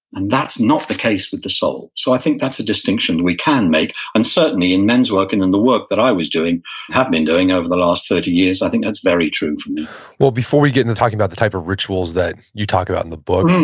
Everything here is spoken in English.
and that's not the case with the soul. so i think that's a distinction we can make, and certainly in men's work and in the work that i have been doing over the last thirty years, i think that's very true for me well before we get into talking about the type of rituals that you talk about in the book,